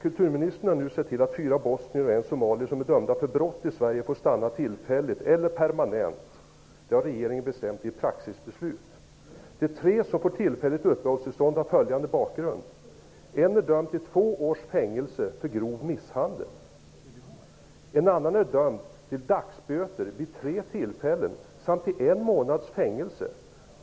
Kulturministern har nu sett till att fyra bosnier och en somalier dömda för brott i Sverige skall få stanna tillfälligt eller permanent. Det har regeringen bestämt i ett praxisbeslut. De tre som får tillfälliga uppehållstillstånd har följande bakgrund. En är dömd till två års fängelse för grov misshandel. Den andre är vid tre tillfällen dömd till dagsböter och har suttit en månad i fängelse.